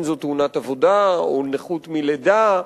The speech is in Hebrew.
אם תאונת עבודה או נכות מלידה.